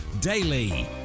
daily